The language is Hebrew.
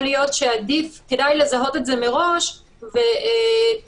סעיף 6 נוגע בעניין צריך להרחיב אותו.